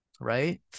right